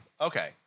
Okay